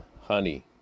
honey